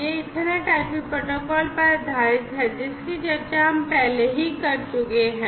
यह ethernet IP protocol पर आधारित है जिसकी चर्चा हम पहले ही कर चुके हैं